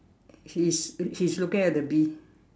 he's he's looking at the bee